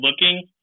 looking